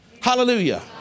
Hallelujah